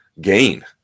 gain